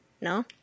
No